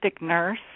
nurse